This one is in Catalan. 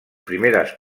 primeres